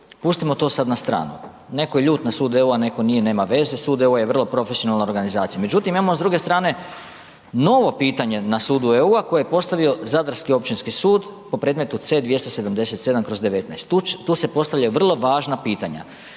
pustimo to sad na stranu. Netko je ljut na sud EU-a, netko nije, nema veze, sud EU-a je vrlo profesionalna organizacija međutim imamo s druge strane novo pitanje na sudu EU-a koje je postavio zadarski općinski sud po predmetu C-277/19. Tu se postavljaju vrlo važna pitanja